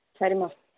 சரிம்மா